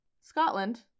Scotland